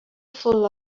full